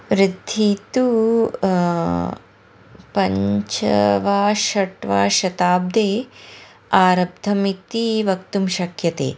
वृद्धिः तु पञ्च वा षट् वा शताब्दे आरब्धमिति वक्तुं शक्यते